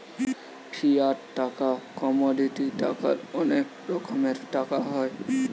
fiat টাকা, commodity টাকার অনেক রকমের টাকা হয়